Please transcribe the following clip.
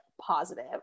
positive